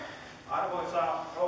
arvoisa rouva